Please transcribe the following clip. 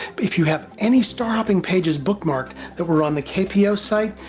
if you have any starhopping pages bookmarked that were on the kpo site,